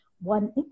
one